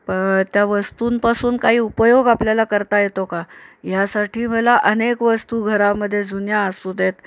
पण त्या वस्तूंपासून काही उपयोग आपल्याला करता येतो का ह्यासाठी मला अनेक वस्तू घरामध्ये जुन्या असू देत